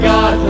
God